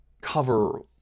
cover